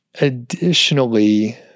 Additionally